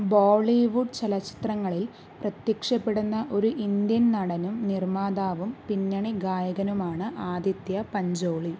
ബോളിവുഡ് ചലച്ചിത്രങ്ങളിൽ പ്രത്യക്ഷപ്പെടുന്ന ഒരു ഇന്ത്യൻ നടനും നിർമ്മാതാവും പിന്നണി ഗായകനുമാണ് ആദിത്യ പഞ്ചോളി